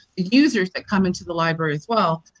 users that come into the library as well,